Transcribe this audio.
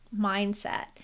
mindset